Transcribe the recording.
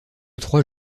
trois